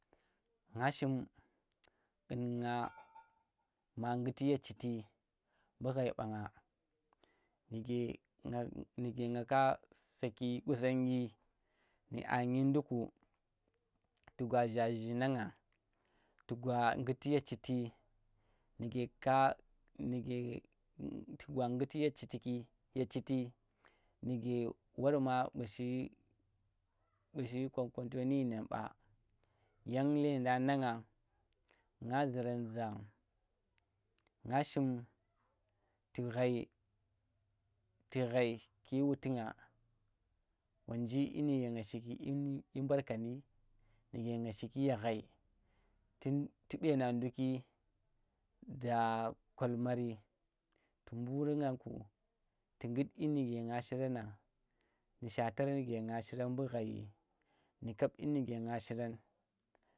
Nga shim qunngu ma nguiye citi mbu ghai ɓannga, nuge nuge nga ka saki qusongi ndu annyi nduku, tu gwa zhazhi nang ngang. Tu gwa nguti ye citi nuge ka nuge warma mbu shi mbu shi kokwanto nu dyi nang ɓa yang lendang nang nga, nga zuran za, nga shim tu ghai tu ghai ki wuti nga, wunji dyi mu nga shiki, dyi mbarkandi nuge nga shiki ye ghari. Tu, tu ɓena nduki da kwalmari tu mburi nga ku, tu ngud dyi nu ke nga shirannang nu shatar nuge nga shiran mbu ghaiyi, nu kap dyi nuke nga shiran.